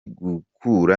gukura